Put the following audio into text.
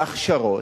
בהכשרות.